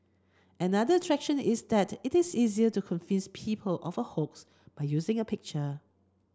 another attraction is that it is easier to convince people of a hoax by using a picture